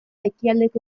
ekialdeko